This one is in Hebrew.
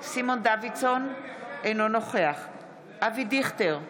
סימון דוידסון, אינו נוכח אבי דיכטר,